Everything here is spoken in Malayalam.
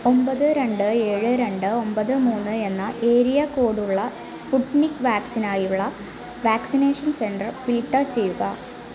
ഒമ്പത് രണ്ട് ഏഴ് രണ്ട് ഒമ്പത് മൂന്ന് എന്ന ഏരിയാ കോഡ് ഉള്ള സ്പുട്നിക് വാക്സിന് ആയുള്ള വാക്സിനേഷൻ സെന്റർ ഫിൽറ്റർ ചെയ്യുക